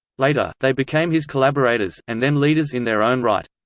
later, they became his collaborators, and then leaders in their own right.